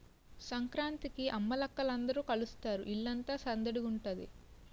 సంకురాత్రికి అమ్మలక్కల అందరూ కలుస్తారు ఇల్లంతా సందడిగుంతాది